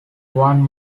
one